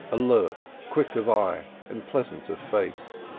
alert, quick of eye, and pleasant of face.